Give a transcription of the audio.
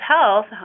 health